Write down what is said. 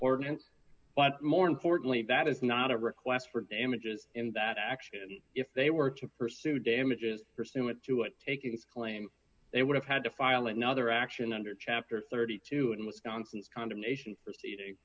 ordinance but more importantly that is not a request for damages in that action if they were to pursue damages pursuant to it takings claim they would have had to file another action under chapter thirty two dollars in wisconsin's condemnation proceeding